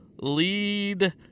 lead